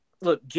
Look